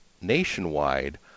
nationwide